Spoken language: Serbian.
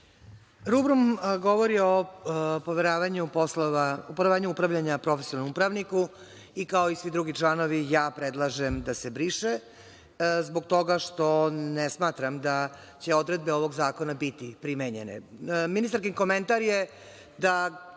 Rubrum govori o poveravanju upravljanja profesionalnom upravniku. Kao i svi drugi članovi, predlažem da se briše zbog toga što ne smatram da će odredbe ovog zakona biti primenjene. Ministarkin